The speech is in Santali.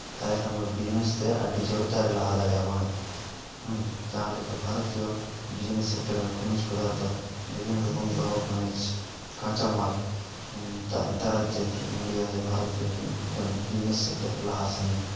ᱛᱟᱦᱚᱞᱮ ᱠᱷᱟᱱ ᱵᱤᱡᱽᱱᱮᱥ ᱛᱮ ᱟᱹᱰᱤ ᱡᱳᱨᱮ ᱞᱟᱦᱟ ᱫᱟᱲᱮᱭᱟᱵᱚᱱᱟ ᱡᱟᱦᱟᱸ ᱞᱮᱠᱟ ᱵᱷᱟᱨᱚᱛᱤᱭᱚ ᱵᱤᱡᱽᱱᱮᱥ ᱥᱮᱠᱴᱟᱨ ᱠᱷᱚᱱᱤᱡ ᱯᱚᱫᱟᱨᱛᱷᱚ ᱵᱤᱵᱷᱤᱱᱱᱚ ᱨᱚᱠᱚᱢ ᱞᱳᱦᱚ ᱠᱷᱚᱱᱤᱡᱽ ᱠᱟᱸᱪᱟᱢᱟᱞ ᱫᱟᱨᱟᱭᱛᱮ ᱡᱮ ᱤᱱᱰᱤᱭᱟ ᱥᱮ ᱵᱷᱟᱨᱚᱛᱤᱭᱚ ᱜᱮ ᱢᱤᱫᱴᱟᱱ ᱵᱤᱡᱽᱱᱮᱥ ᱥᱮᱠᱴᱟᱨ ᱞᱟᱦᱟ ᱥᱮᱱ